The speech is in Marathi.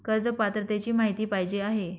कर्ज पात्रतेची माहिती पाहिजे आहे?